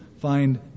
find